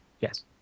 Yes